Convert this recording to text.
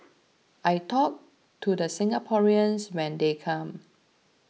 I talk to the Singaporeans when they come